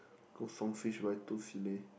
go Song Fish buy to fillet